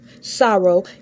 sorrow